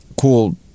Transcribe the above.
cool